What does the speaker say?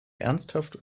ernsthaft